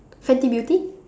Fenty Beauty